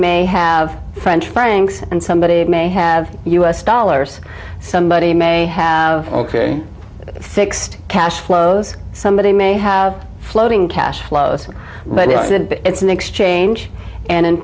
may have french francs and somebody may have u s dollars somebody may have fixed cash flows somebody may have floating cash flows but it's an exchange and in